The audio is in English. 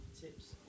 tips